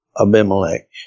Abimelech